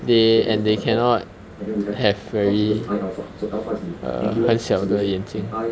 they and they cannot have very err 很小的眼睛